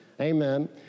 Amen